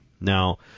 Now